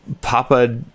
Papa